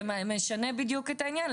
זה משנה בדיוק את הענין,